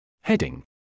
Heading